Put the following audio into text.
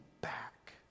back